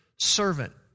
servant